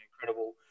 incredible